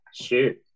shoot